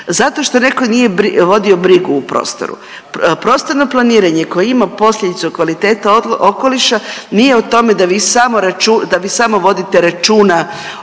zato što neko nije vodio brigu u prostoru. Prostorno planiranje koje ima posljedicu kvaliteta okoliša nije o tome da vi samo vodite računa